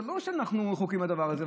זה לא שאנחנו רחוקים מהדבר הזה.